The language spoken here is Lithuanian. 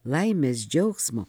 laimės džiaugsmo